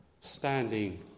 standing